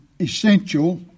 essential